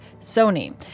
Sony